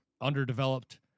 underdeveloped